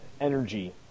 energy